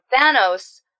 Thanos